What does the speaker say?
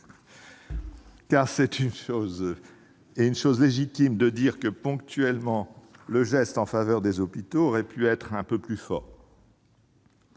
et une chose légitime, de dire que, ponctuellement, le geste en faveur des hôpitaux aurait pu être un peu plus fort.